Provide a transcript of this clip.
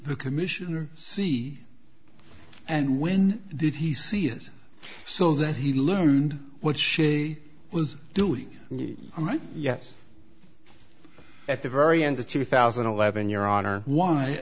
the commissioner see and when did he see it so that he learned what she was doing all right yes at the very end of two thousand and eleven your honor why